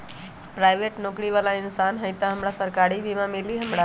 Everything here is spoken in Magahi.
पराईबेट नौकरी बाला इंसान हई त हमरा सरकारी बीमा मिली हमरा?